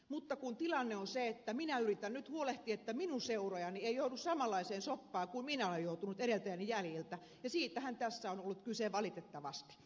mutta kun tilanne on se että minä yritän nyt huolehtia että minun seuraajani ei joudu samanlaiseen soppaan kuin minä olen joutunut edeltäjäni jäljiltä ja siitähän tässä on ollut kyse valitettavasti